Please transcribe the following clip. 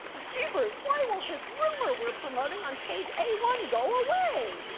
jeepers, why won't this rumor we're promoting on page a one go away?